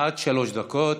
עד שלוש דקות.